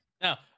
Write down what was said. Now